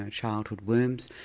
ah childhood worms.